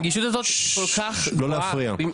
הנגישות הזאת כל כך גבוהה,